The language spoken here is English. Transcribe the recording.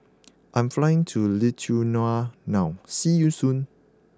I'm flying to Lithuania now see you soon